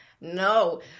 no